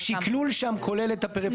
השכלול שם כולל את הפריפריה.